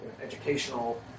educational